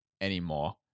anymore